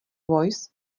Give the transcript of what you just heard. voice